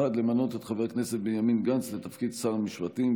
1. למנות את חבר הכנסת בנימין גנץ לתפקיד שר המשפטים,